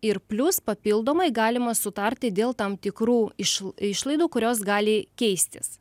ir plius papildomai galima sutarti dėl tam tikrų iš išlaidų kurios gali keistis